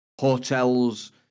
hotels